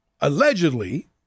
allegedly